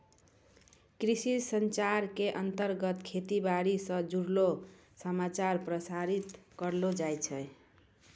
कृषि संचार के अंतर्गत खेती बाड़ी स जुड़लो समाचार प्रसारित करलो जाय छै